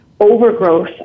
overgrowth